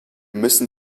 müssen